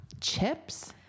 Chips